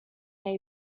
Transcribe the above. they